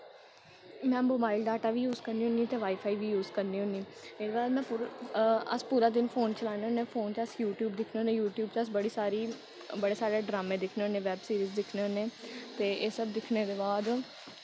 में mobile data use करनी होन्नी ते वाई फाई बी यूज़ करनी होन्नी एह्दे बाद में पूरा अस पूरा दिन फोन चलाने होन्ने फोन च अस यूट्यूब दिक्खने होन्ने यूटयूब च अस बड़ी सारी बड़े सारे ड्रामें दिक्खने होन्ने बैब सीरीज़ दिक्खने होन्ने ते एह् सब दिक्खने दे बाद